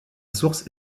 source